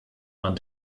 man